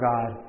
God